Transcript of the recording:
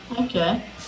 Okay